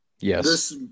yes